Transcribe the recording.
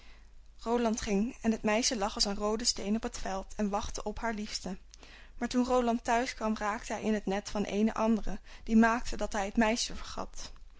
roland ging en het meisje lag als een roode steen op het veld en wachtte op haar liefste maar toen roland thuis kwam raakte hij in het net van eene andere die maakte dat hij het meisje vergat